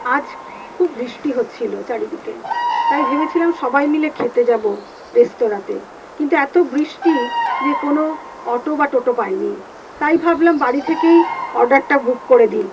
আজ খুব বৃষ্টি হচ্ছিলো চারিদিকে তাই ভেবেছিলাম সবাই মিলে খেতে যাবো রেস্তোরাঁতে কিন্তু এতো বৃষ্টি যে কোনো অটো বা টোটো পাইনি তাই ভাবলাম বাড়ি থেকেই অর্ডারটা বুক করে দিই